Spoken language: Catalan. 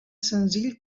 senzill